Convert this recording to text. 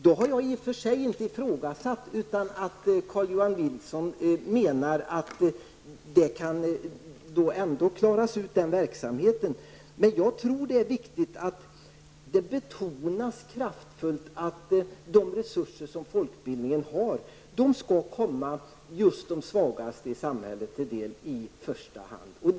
Jag har inte i och för sig ifrågasatt att Carl-Johan Wilson menar att den verksamheten ändå kan klaras, men jag tror att det är viktigt att det kraftfullt betonas att de resurser som folkbildningen har i första hand skall komma just de svagaste i samhället till del.